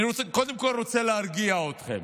אני קודם כול רוצה להרגיע אתכם.